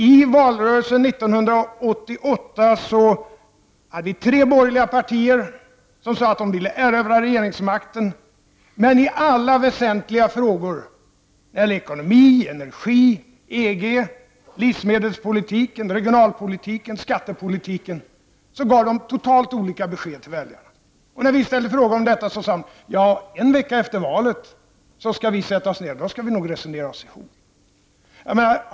I valrörelsen 1988 hade de tre borgerliga partier, som sade att de ville erövra regeringsmakten, totalt olika besked till väljarna i alla väsentliga frågor: ekonomi, energi, EG, livsmedelpolitik, regionalpolitik och skattepolitik. När vi begärde besked sade de: En vecka efter valet skall vi sätta oss ned och resonera och ge besked.